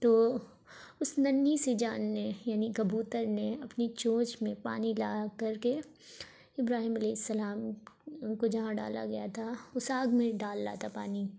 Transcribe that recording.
تو اس ننھنی سی جان نے یعنی کبوتر نے اپنی چونچ میں پانی لا آ کر کے ابراہیم علیہ السلام کو جہاں ڈالا گیا تھا اس آگ میں ڈال رہا تھا پانی